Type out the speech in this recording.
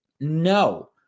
No